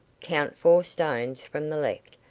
count four stones from the left,